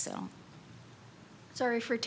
so sorry for